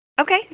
Okay